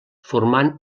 formant